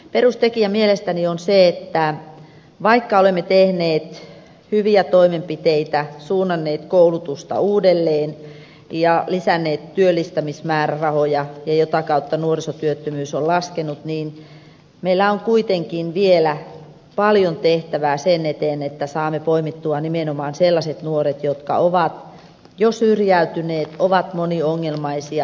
perustekijä mielestäni on se että vaikka olemme tehneet hyviä toimenpiteitä suunnanneet koulutusta uudelleen ja lisänneet työllistämismäärärahoja jota kautta nuorisotyöttömyys on laskenut niin meillä on kuitenkin vielä paljon tehtävää sen eteen että saamme poimittua nimenomaan sellaiset nuoret jotka ovat jo syrjäytyneet ovat moniongelmaisia